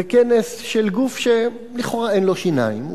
זה כנס של גוף שלכאורה אין לו שיניים.